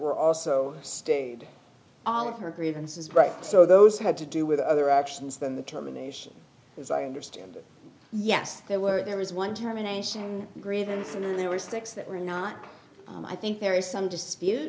were also stayed all of her grievances right so those had to do with other options than the termination was our interest yes there were there was one terminations grievance and there were six that were not i think there is some dispute